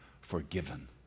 forgiven